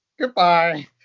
Goodbye